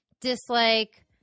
dislike